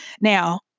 Now